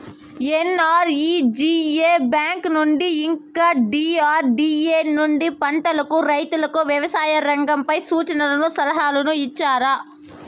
NREGA bank నుండి ఇంకా DRDA నుండి పంటలకు రైతుకు వ్యవసాయ రంగంపై సూచనలను సలహాలు ఇచ్చారా